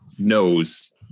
Knows